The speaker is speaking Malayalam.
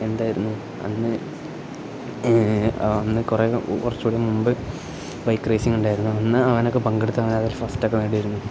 ഉണ്ടായിരുന്നു അന്ന് അന്ന് കുറേ കുറച്ചൂടെ മുമ്പ് ബൈക്ക് റായ്സിങ് ഉണ്ടായിരുന്നു അന്ന് അവനൊക്കെ പങ്കെടുത്തിനു അതൊരു ഫസ്റ്റ് ഒക്കെ വേണ്ടിയിരുന്നു